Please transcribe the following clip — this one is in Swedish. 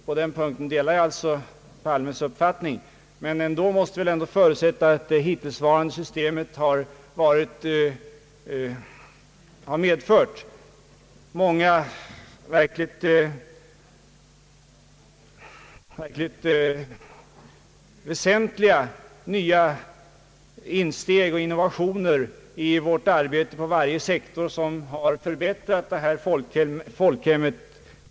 På den punkten delar jag alltså herr Palmes uppfattning. Men ändå måste man väl erkänna att det hittillsvarande systemet med doktorsavhandlingar har medfört många verkligt väsentliga nya framsteg och innovationer i arbetet på att förbättra det svenska folkhemmet.